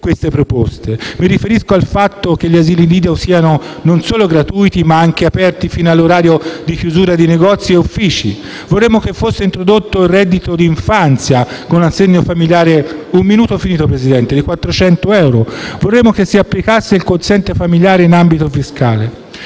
mi riferisco al fatto che gli asili nido siano non solo gratuiti, ma anche aperti fino all'orario di chiusura di negozi e uffici; vorremmo che fosse introdotto il reddito d'infanzia, con un assegno familiare di 400 euro al mese; vorremmo che si applicasse il quoziente familiare in ambito fiscale.